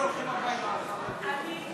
אדוני